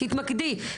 תתמקדי,